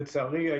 לצערי,